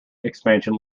expansion